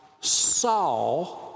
saw